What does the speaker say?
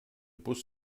bus